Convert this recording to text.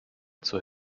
zur